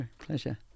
Pleasure